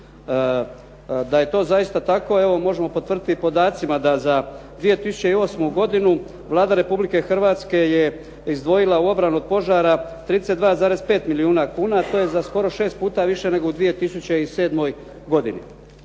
Da je to zaista tako evo možemo potvrditi i podacima da za 2009. godinu Vlada Republike Hrvatske je izdvojila u obranu od požara 32,5 milijuna kuna a to je za skoro 6 puta više nego u 2007. godini.